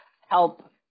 help